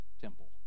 temple